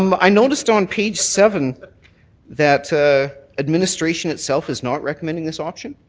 um i noticed on page seven that ah administration itself is not recommending this option?